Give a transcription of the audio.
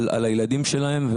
על הילדים שלהם,